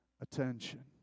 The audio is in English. attention